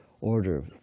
order